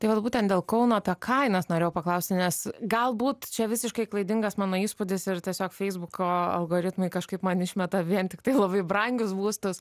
tai vat būtent dėl kauno apie kainas norėjau paklausti nes galbūt čia visiškai klaidingas mano įspūdis ir tiesiog feisbuko algoritmai kažkaip man išmeta vien tiktai labai brangius būstus